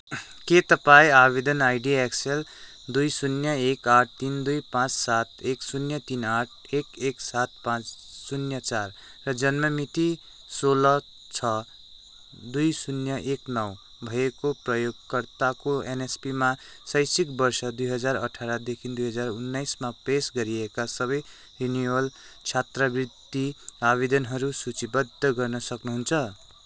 के तपाइँ आवेदन आइडी एक्सएल दुई शून्य एक आठ तिन दुई पाँच सात एक शून्य तिन आठ एक एक सात पाँच शून्य चार र जन्म मिति सोह्र छ दुई शून्य एक नौ भएको प्रयोगकर्ताको एनएसपीमा शैक्षिक वर्ष दुई हजार अठारदेखि दुई हजार उन्नाइसमा पेस गरिएका सबै रिन्युएबल छात्रवृत्ति आवेदनहरू सूचीबद्ध गर्न सक्नुहुन्छ